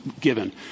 given